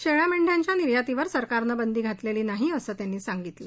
शेळी मेंढीच्या निर्यातीवर सरकारनं बंदी घातलेली नाही असं त्यांनी सांगितलं